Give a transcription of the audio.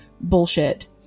bullshit